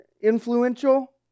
influential